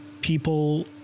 people